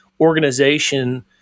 organization